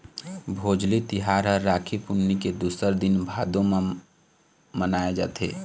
भोजली तिहार ह राखी पुन्नी के दूसर दिन भादो म मनाए जाथे